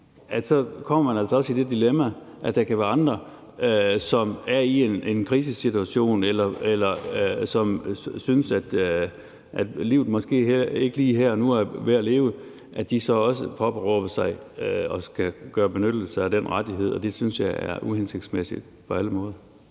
så kommer man altså også i det dilemma, at der kan være nogle, der er i en krisesituation eller synes, at livet her og nu måske ikke er værd at leve, som også påberåber sig den rettighed og vil benytte den, og det synes jeg er uhensigtsmæssigt på alle måder.